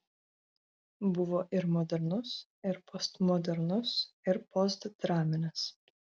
buvo ir modernus ir postmodernus ir postdraminis